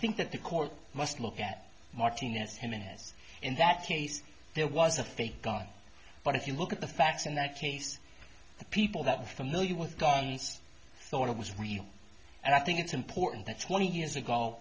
think that the court must look at martinez jimenez in that case there was a fake gun but if you look at the facts in that case the people that are familiar with guns thought it was real and i think it's important that twenty years ago